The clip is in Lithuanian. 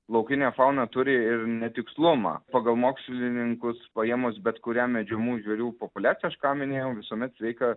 laukinė fauna turi ir netikslumą pagal mokslininkus paėmus bet kurią medžiojamų žvėrių populiacija aš ką minėjau visuomet sveika